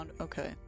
Okay